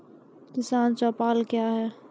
किसान चौपाल क्या हैं?